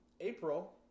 april